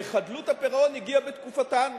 וחדלות הפירעון הגיעה בתקופתם.